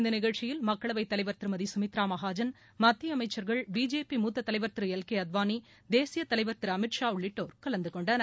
இந்த நிகழ்ச்சியில் மக்களவை தலைவர் திருமதி சுமித்ரா மகாஜன் மத்திய அமைச்சர்கள் பிஜேபி மூத்த தலைவர் திரு எல் கே அத்வாளி தேசிய தலைவர் திரு அமித் ஷா உள்ளிட்டோர் கலந்துகொண்டனர்